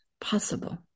possible